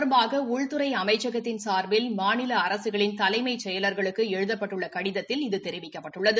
தொடர்பாக உள்துறை அமைச்சகத்தின் சார்பில் மாநில இது அரசுகளின் தலைமைச் செயலா்களுக்கு எழுதப்பட்டுள்ள கடிதத்தில் இது தெரிவிக்கப்பட்டுள்ளது